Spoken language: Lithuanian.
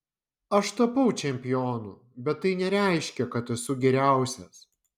aš tapau čempionu bet tai nereiškia kad esu geriausias